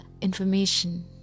information